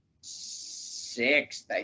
Sixth